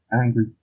angry